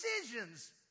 decisions